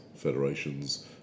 federations